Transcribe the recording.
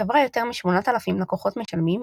לחברה יותר מ-8,000 לקוחות משלמים,